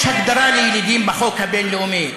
יש הגדרה לילידים בחוק הבין-לאומי.